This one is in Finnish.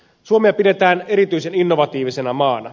suomea pidetään erityisen innovatiivisena maana